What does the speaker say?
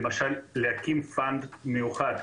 כל ההצעה עליה אתם דנים היום מיותרת,